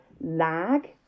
lag